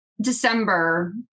December